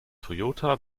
toyota